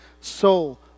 soul